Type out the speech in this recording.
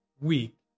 week